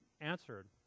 answered